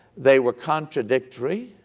they were contradictory,